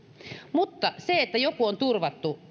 mutta se että joku on turvattu